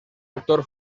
actor